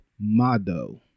Mado